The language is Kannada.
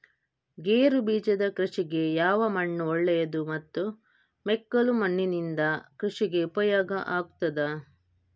ಗೇರುಬೀಜದ ಕೃಷಿಗೆ ಯಾವ ಮಣ್ಣು ಒಳ್ಳೆಯದು ಮತ್ತು ಮೆಕ್ಕಲು ಮಣ್ಣಿನಿಂದ ಕೃಷಿಗೆ ಉಪಯೋಗ ಆಗುತ್ತದಾ?